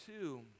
two